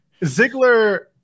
Ziggler